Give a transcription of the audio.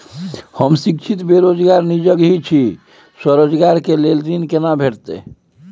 हम शिक्षित बेरोजगार निजगही छी, स्वरोजगार के लेल ऋण केना भेटतै?